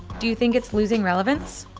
do you think it's losing relevance?